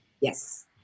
Yes